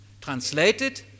Translated